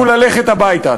הוא ללכת הביתה.